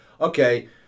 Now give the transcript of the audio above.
okay